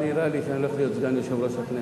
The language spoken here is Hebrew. נראה לי שאני הולך להיות סגן יושב-ראש הכנסת.